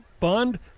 fund